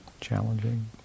Challenging